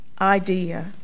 idea